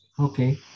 okay